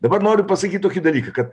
dabar noriu pasakyt tokį dalyką kad